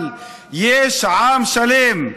אבל עם שלם,